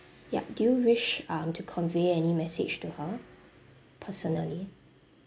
yup do you wish um to convey any message to her personally